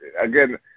again